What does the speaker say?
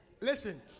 Listen